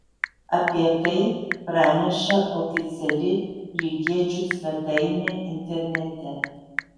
apie tai praneša oficiali rygiečių svetainė internete